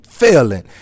Failing